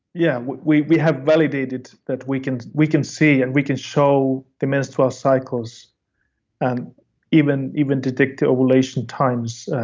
yeah we we have validated that we can we can see and we can show the menstrual cycles and even even detect the ovulation times.